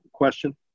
question